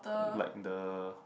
like the